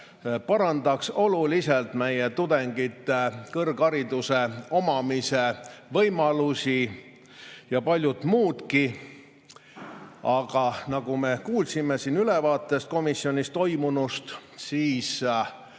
parandaks oluliselt meie tudengite kõrghariduse omandamise võimalusi ja paljut muudki. Aga nagu me kuulsime ülevaates komisjonis toimunust,